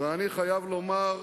למה אתה,